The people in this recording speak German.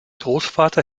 großvater